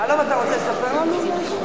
עכשיו אתה רוצה לספר לנו משהו?